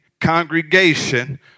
congregation